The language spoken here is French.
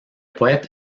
poète